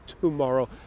tomorrow